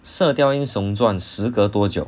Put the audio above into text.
射雕英雄传时隔多久